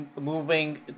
moving